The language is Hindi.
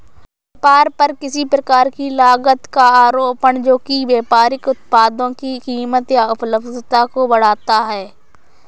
व्यापार पर किसी प्रकार की लागत का आरोपण जो कि व्यापारिक उत्पादों की कीमत या उपलब्धता को बढ़ाता है